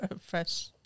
fresh